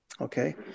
Okay